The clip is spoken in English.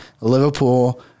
Liverpool